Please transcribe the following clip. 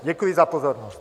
Děkuji za pozornost.